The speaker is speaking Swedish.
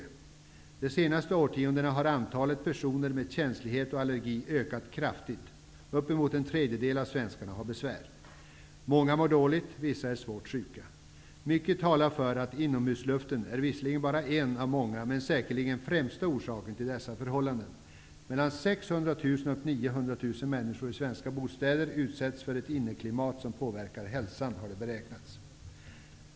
Under de senaste årtiondena har antalet personer med känslighet och allergi ökat kraftigt. Uppemot en tredjedel av svenskarna har besvär. Många mår dåligt, och vissa är svårt sjuka. Mycket talar för att inomhusluften är visserligen bara en av många men säkerligen den främsta orsaken till dessa förhållanden. Enligt beräkningar utsätts mellan 600 000 och 900 000 människor i svenska bostäder för ett inneklimat som påverkar hälsan.